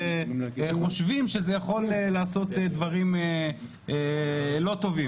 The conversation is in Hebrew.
שחושבים שזה יכול לעשות דברים לא טובים?